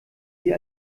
sie